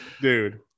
dude